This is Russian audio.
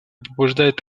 побуждает